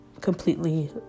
completely